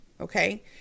Okay